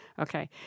Okay